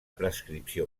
prescripció